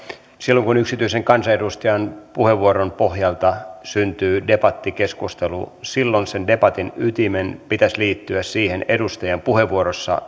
silloin kun yksityisen kansanedustajan puheenvuoron pohjalta syntyy debattikeskustelu silloin sen debatin ytimen pitäisi liittyä sen edustajan puheenvuorossaan